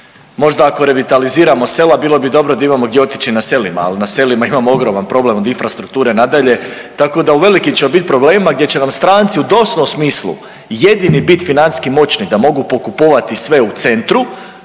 Možda ako revitaliziramo sela, bilo bi dobro da imamo gdje otići na selima, ali na selima imamo ogroman problem, od infrastrukture nadalje, tako da u velikim ćemo bit problemima gdje će nam stranci u doslovnom smislu jedini bit financijski moćni da mogu pokupovati sve u centru,